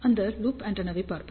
அந்த லூப் ஆண்டெனாவைப் பார்ப்போம்